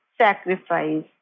sacrifice